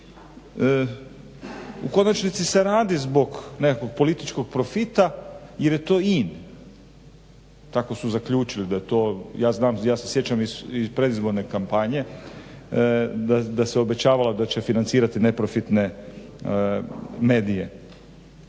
U konačnici se radi zbog nekakvog političkog profita jer je to in, tako su zaključili da je to, ja znam ja se sjećam iz predizborne kampanje da se obećavala da će financirati neprofitne mesije.